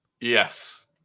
yes